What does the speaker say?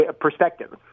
perspective